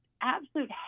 absolute